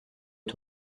aux